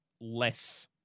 less